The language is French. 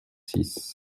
six